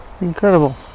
Incredible